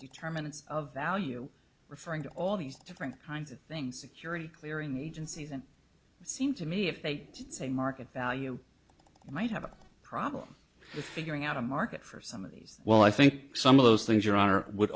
determinants of value referring to all these different kinds of things security clearing agencies and seem to me if they say market value you might have a problem figuring out a market for some of these well i think some of those things your honor would